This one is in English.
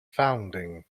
founding